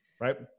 right